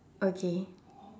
okay